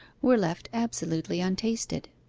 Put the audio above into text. were left absolutely untasted.